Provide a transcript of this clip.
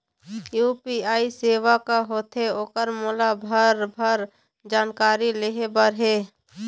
UPI सेवा का होथे ओकर मोला भरभर जानकारी लेहे बर हे?